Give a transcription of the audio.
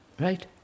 Right